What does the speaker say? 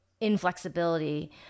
inflexibility